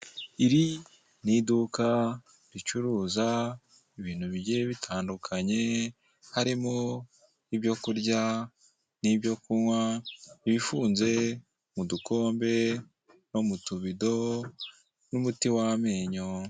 Iri ni iduka ricuruza ibintu bigiye bitandukanye, harimo ibyo kurya n'ibyo kunywa bifunze mu dukombe no mu tubido, n'umuti w'amenyo.